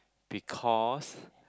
because